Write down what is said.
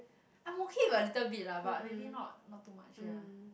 I'm okay if a little bit lah but maybe not not too much ya